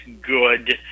good